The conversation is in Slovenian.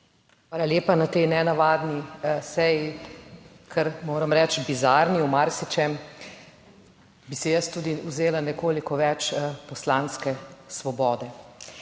Hvala lepa. Na tej nenavadni seji, kar, moram reči, bizarni v marsičem, bi si jaz tudi vzela nekoliko več poslanske svobode.